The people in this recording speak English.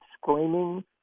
screaming